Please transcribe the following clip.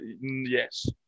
Yes